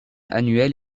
annuelle